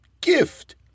Gift